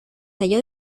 halló